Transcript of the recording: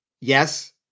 Yes